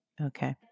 Okay